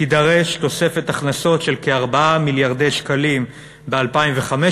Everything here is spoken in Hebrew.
"תידרש תוספת הכנסות של כ-4 מיליארד שקלים ב-2015,